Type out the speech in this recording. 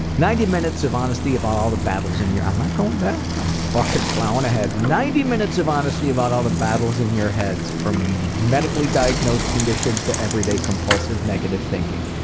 ninety minutes of honesty about all the battles in your. i'm not going back! i'm fucking plowing ahead. ninety minutes of honesty about all the battles in your heads, from medically diagnosed conditions to everyday compulsive negative thinking.